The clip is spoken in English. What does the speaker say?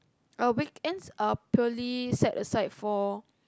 uh weekends are purely set aside for